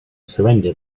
surrender